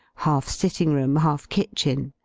half sitting-room, half kitchen,